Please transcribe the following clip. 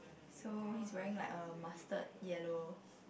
so he's wearing like a mustard yellow